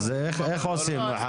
איך עושים את זה?